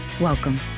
Welcome